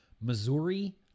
Missouri